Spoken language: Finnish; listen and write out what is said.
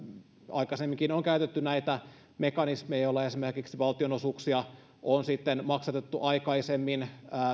aikaisemminkin on käytetty näitä mekanismeja joilla esimerkiksi valtionosuuksia on maksatettu aikaisemmin